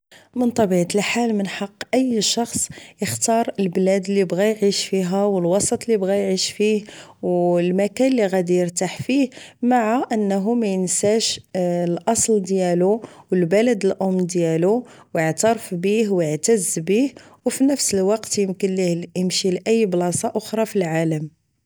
من طبيعة الحال من حق اي شخص اختار البلاد اللي بغا اعيش فيها و الوسط اللي بغا اعيش فيه و المكان اللي غادي ارتاح فيه مع انه مينساش الاصل ديالو البلد الام ديالو وعتارف بيه واعتز بيه و فنفس الوقت يمكن ليه امشي لاي بلاصة خرى فالعالم